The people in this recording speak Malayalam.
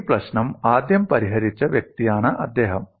ഈ പ്രശ്നം ആദ്യം പരിഹരിച്ച വ്യക്തിയാണ് അദ്ദേഹം